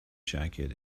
jacket